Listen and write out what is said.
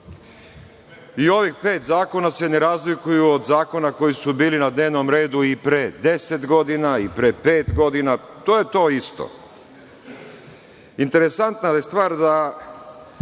I ovih pet zakona se ne razlikuju od zakona koji su bili na dnevnom redu i pre deset godina i pre pet godina, to je to isto. Interesantna je stvar da